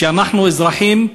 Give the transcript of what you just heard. שאנחנו אזרחים,